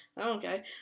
Okay